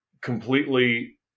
completely